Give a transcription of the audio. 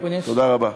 תודה רבה.